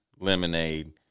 lemonade